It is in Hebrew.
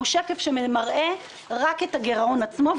הוא שקף שמראה רק את הגרעון עצמו,